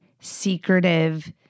secretive